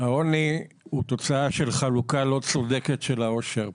העוני הוא תוצאה של חלוקה לא צודקת של העושר.